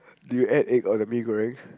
do you add egg on the mee-goreng